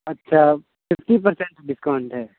اچھا fifty percent discount ہے